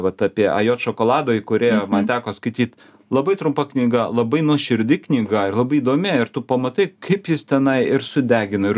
vat apie ajot šokolado įkūrėją man teko skaityt labai trumpa knyga labai nuoširdi knyga ir labai įdomi ir tu pamatai kaip jis tenai ir sudegina ir